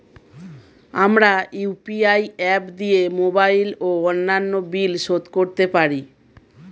আমরা UPI app দিয়ে mobile ও অন্যান্য বিল শোধ করতে পারি